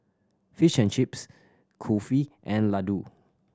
Fish and Chips Kulfi and Ladoo